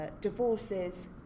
divorces